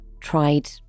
tried